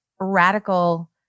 radical